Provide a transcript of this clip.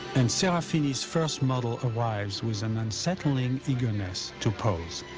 and serafini's first model arrives with an unsettling eagerness to pose.